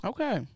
Okay